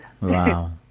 Wow